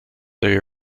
they